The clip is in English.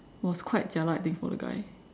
was quite jialat I think for the guy